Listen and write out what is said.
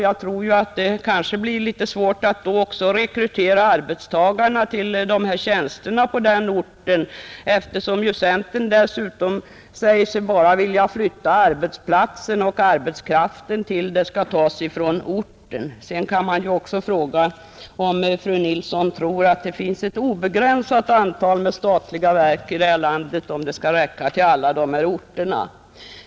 Jag tror att det kan bli litet svårt att på den orten rekrytera arbetstagare till tjänsterna, Centern säger sig ju bara vilja flytta arbetsplatsen, medan arbetskraften skall tas från orten. Sedan kan man även fråga om fru Nilsson tror att det finns ett nästan obegränsat antal statliga verk i detta land så att det räcker till alla orter.